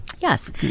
Yes